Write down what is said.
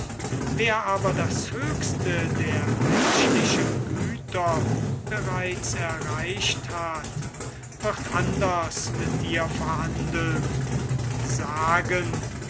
wer aber das höchste der menschlichen güter bereits erreicht hat wird anders mit dir verhandeln und sagen